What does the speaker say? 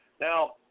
Now